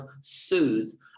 soothe